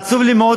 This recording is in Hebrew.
עצוב לי מאוד,